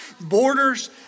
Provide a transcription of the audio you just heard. borders